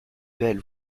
belles